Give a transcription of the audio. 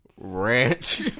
Ranch